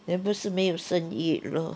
then 不是没有生意 lor